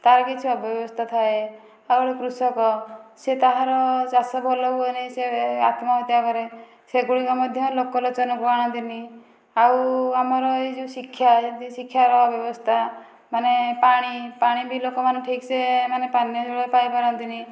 ତାର କିଛି ଅବ୍ୟବସ୍ଥା ଥାଏ ଆଉ ଜଣେ କୃଷକ ସେ ତାହାର ଚାଷ ଭଲ ହୁଏ ନାହିଁ ସେ ଆତ୍ମାହତ୍ୟା କରେ ସେଗୁଡ଼ିକ ମଧ୍ୟ ଲୋକଲୋଚନକୁ ଆଣନ୍ତିନି ଆଉ ଆମର ଏଇ ଯେଉଁ ଶିକ୍ଷା ଶିକ୍ଷାର ଅବ୍ୟବସ୍ଥା ମାନେ ପାଣି ପାଣି ବି ଲୋକମାନେ ଠିକସେ ମାନେ ପାନୀୟ ଜଳ ପାଇପାରନ୍ତିନି